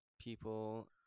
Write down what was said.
people